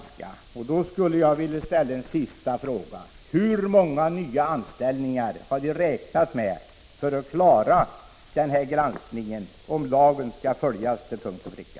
Sedan skulle jag vilja ställa en sista fråga: Hur många nya anställningar har Nordiska museet räknat med för att klara granskningen, om lagen skall följas till punkt och pricka?